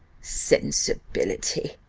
sensibility!